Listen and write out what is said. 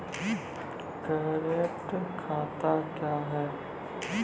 Current खाता क्या हैं?